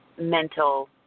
mental